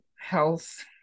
health